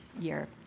year